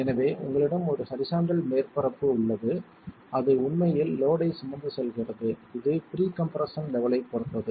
எனவே உங்களிடம் ஒரு ஹரிசாண்டல் மேற்பரப்பு உள்ளது அது உண்மையில் லோட்யைச் சுமந்து செல்கிறது இது பிரீகம்ப்ரஷன் லெவலைப் பொறுத்தது